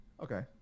Okay